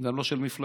גם לא של מפלגות.